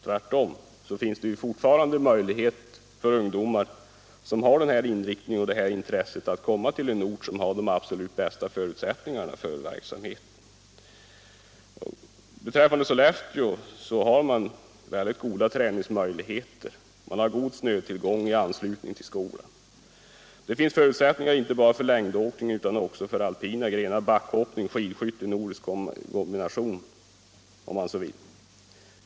Tvärtom — det finns fortfarande möjlighet för ungdomar med denna inriktning och detta intresse att komma till en ort som har de absolut bästa förutsättningarna för verksamheten. I Sollefteå har man goda träningsmöjligheter. Man har god snötillgång i anslutning till skolan. Det finns förutsättningar inte bara för längdåkning utan också för alpina grenar, backhoppning, skidskytte och nordisk kombination, om man så vill.